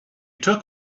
took